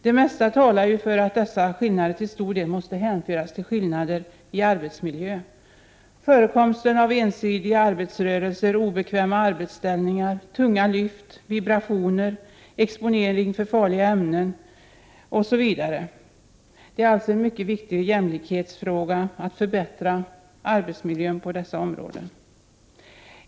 Det mesta talar för att dessa skillnader till stor del måste hänföras till skillnader i arbetsmiljö — förekomsten av ensidiga arbetsrörelser, obekväma arbetsställningar, tunga lyft, vibrationer, exponering för farliga ämnen, osv. Att förbättra arbetsmiljön på dessa områden är alltså en mycket viktig jämlikhetsfråga.